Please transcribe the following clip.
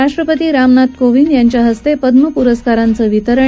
राष्ट्रपती रामनाथ कोविंद यांच्याहस्ते पद्म पुरस्कारांचं वितरण